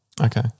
okay